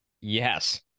yes